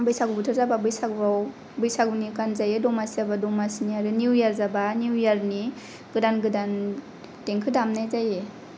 बैसागु बोथोर जाबा बैसागुआव बैसागुनि गान जायो दमासि जाबा दमासिनि न्ययियार जाबा न्युयियारनि गोदान गोदान देंखो दामनाय जायो